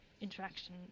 interaction